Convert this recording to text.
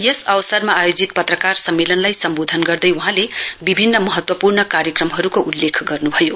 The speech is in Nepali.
यस अवसरमा आयोजित पत्रकार सम्मेलनलाई सम्वोधन गर्दै वहाँले विभिन्न महत्वपूर्ण कार्यक्रमहरुको उल्लेख गर्नुभयो